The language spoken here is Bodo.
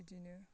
बिदिनो